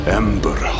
ember